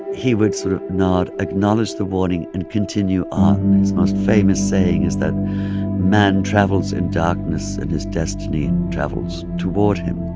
he would sort of nod, acknowledge the warning and continue on. his most famous saying is that man travels in darkness and his destiny travels toward him.